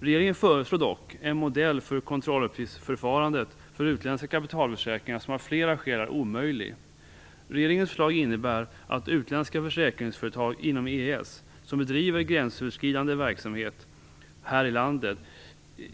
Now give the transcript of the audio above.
Regeringen föreslår dock en modell för kontrolluppgiftsförfarandet för utländska kapitalförsäkringar som av flera skäl är omöjlig. Regeringens förslag innebär att utländska försäkringsföretag inom EES som bedriver gränsöverskridande verksamhet här i landet